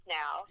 now